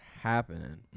happening